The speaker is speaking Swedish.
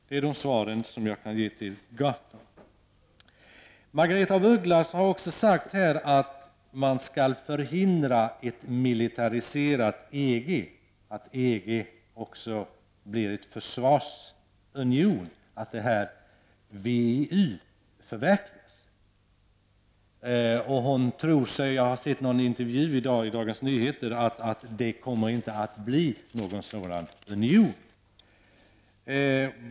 Det är de svar som jag kan ge till Gahrton. Margaretha af Ugglas har också sagt att man skall förhindra ett militariserat EG, förhindra att EG också blir en försvarsunion, att WEU förverkligas. I en intervju i Dagens Nyheter i dag säger Margaretha af Ugglas att det inte kommer att bli någon sådan union.